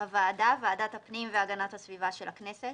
"הוועדה" - ועדת הפנים והגנת הסביבה של הכנסת,